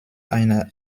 einer